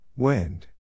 Wind